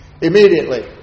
immediately